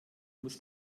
muss